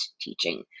teaching